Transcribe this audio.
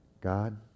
God